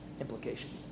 implications